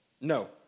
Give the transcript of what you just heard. No